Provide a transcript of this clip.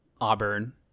Auburn